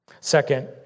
Second